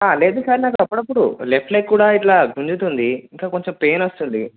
లేదు సార్ నాకు అప్పుడప్పుడు లెఫ్ట్ లెగ్ కూడా ఇట్లా గుంజుతుంది ఇంకా కొంచెం పెయిన్ వస్తుంది